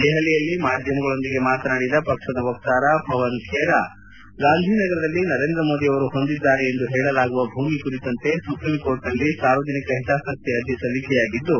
ದೆಹಲಿಯಲ್ಲಿ ಮಾಧ್ಯಮಗಳೊಂದಿಗೆ ಮಾತನಾಡಿದ ಪಕ್ಷದ ವಕ್ತಾರ ಪವನ್ ಖೇರಾ ಗಾಂಧಿನಗರದಲ್ಲಿ ನರೇಂದ್ರ ಮೋದಿ ಅವರು ಹೊಂದಿದ್ದಾರೆ ಎಂದು ಹೇಳಲಾಗುವ ಭೂಮಿ ಕುರಿತಂತೆ ಸುಪ್ರೀಂ ಕೋರ್ಟ್ನಲ್ಲಿ ಸಾರ್ವಜನಿಕ ಹಿತಾಸಕ್ತಿ ಅರ್ಜಿ ಸಲ್ಲಿಕೆಯಾಗಿದ್ದು